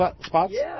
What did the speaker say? Spots